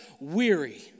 weary